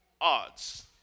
odds